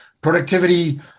productivity